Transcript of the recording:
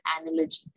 analogy